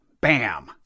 BAM